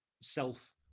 self